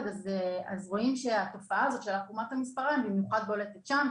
אז רואים שהתופעה הזאת של עקומת המספריים במיוחד בולטת שם.